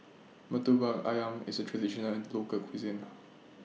Murtabak Ayam IS A Traditional Local Cuisine